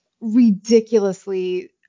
ridiculously